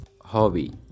hobby